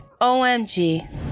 OMG